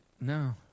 No